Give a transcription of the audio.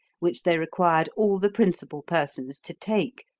which they required all the principal persons to take,